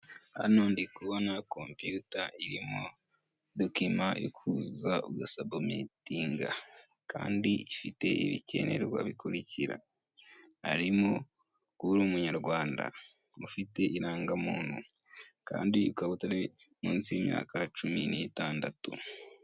Hano ndi kubona kompiyuta irimo dokima yo kuzuza ugasabumitinga, kandi ifite ibikenerwa bikurikira; harimo kuba uri umunyarwanda, ukaba ufite irangamuntu kandi ukaba utari munsi y'imyaka cumi n'itandatu.